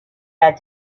had